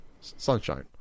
sunshine